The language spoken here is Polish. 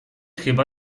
chyba